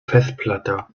festplatte